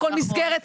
לכל מסגרת,